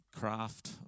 craft